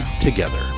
together